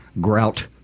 grout